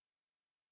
hello